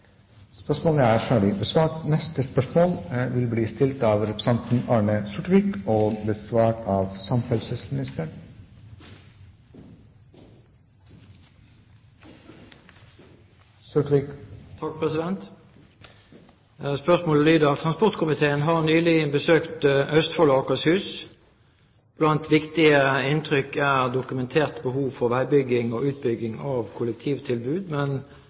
Spørsmålet lyder: «Transportkomiteen har nylig besøkt Østfold og Akershus. Blant viktige inntrykk er dokumenterte behov for veibygging og utbygging av